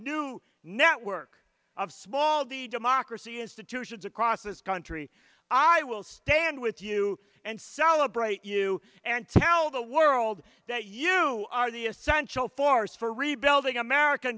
new network of small the democracy institutions across this country i will stand with you and celebrate you and tell the world that you are the essential force for rebuilding america